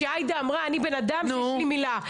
כשעאידה אמרה אני בן אדם שיש לי מילה.